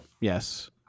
Yes